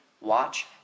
watch